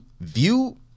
view